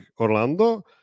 Orlando